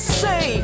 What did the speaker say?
say